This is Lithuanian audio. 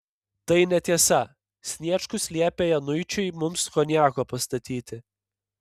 tai netiesa sniečkus liepė januičiui mums konjako pastatyti